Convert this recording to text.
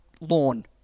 lawn